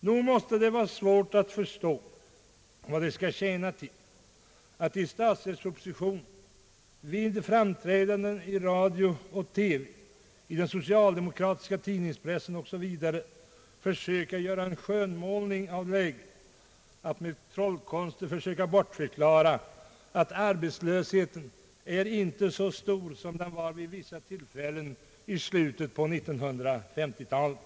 Nog måste det vara svårt att förstå vad det skall tjäna till att i statsverkspropositionen, vid framträdanden i radio och TV, i den socialdemokratiska tidningspressen o.s.v. försöka göra en skönmålning av läget, att med trollkonster söka bortförklara arbetslösheten och säga, att den nu inte är så stor som den var vid en del tillfällen i slutet på 1950-talet.